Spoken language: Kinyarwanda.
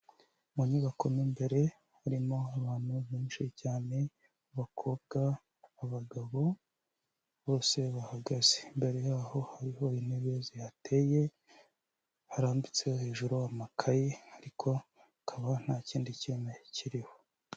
Mu nyubako mu imbere harimo abantu benshi cyane abakobwa, abagabo bose bahagaze, imbere yaho hariho intebe zihateye harambitseho hejuru amakaye, ariko hakaba nta kindi kintu kiriho.